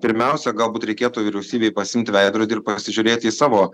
pirmiausia galbūt reikėtų vyriausybei pasiimti veidrodį ir pasižiūrėti į savo